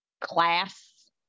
class